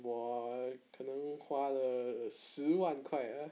我可能花了十万块 ah